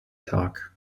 talk